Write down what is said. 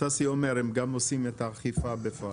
ששי אומר שהם גם עושים את האכיפה בפועל.